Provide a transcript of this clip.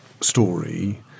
story –